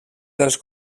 dels